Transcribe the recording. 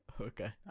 Okay